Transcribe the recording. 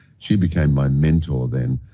she became my mentor then.